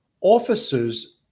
officers